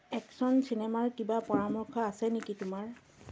action চিনেমাৰ কিবা পৰামৰ্শ আছে নেকি তোমাৰ